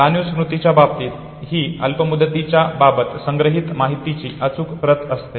जाणीव स्मृतीच्या बाबतीत ही अल्प मुदतीच्या बाबत संग्रहित माहितीची अचूक प्रत असते